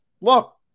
look